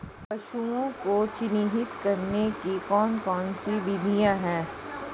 पशुओं को चिन्हित करने की कौन कौन सी विधियां हैं?